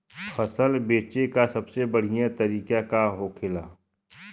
फसल बेचे का सबसे बढ़ियां तरीका का होखेला?